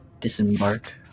disembark